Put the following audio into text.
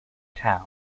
town